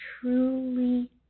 truly